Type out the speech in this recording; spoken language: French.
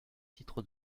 titres